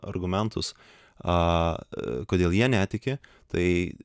argumentus a kodėl jie netiki tai